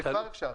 זה כבר אפשר.